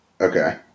Okay